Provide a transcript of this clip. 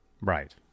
Right